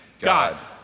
God